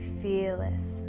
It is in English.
fearless